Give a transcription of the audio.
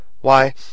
Why